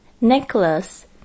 Necklace